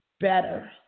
better